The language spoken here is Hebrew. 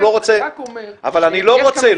אני רק אומר --- אבל אני לא רוצה.